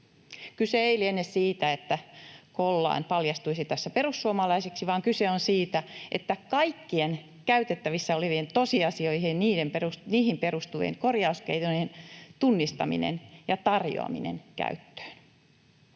Kyse ei liene siitä, että Collan paljastuisi tässä perussuomalaiseksi, vaan kyse on kaikkien käytettävissä olevien tosiasioiden ja niihin perustuvien korjauskeinojen tunnistamisesta ja tarjoamisesta käyttöön.